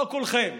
לא כולכם,